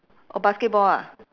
oh basketball ah